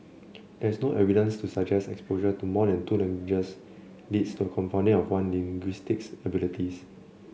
there is no evidence to suggest exposure to more than two languages leads to a confounding of one's linguistic abilities